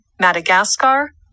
madagascar